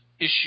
issue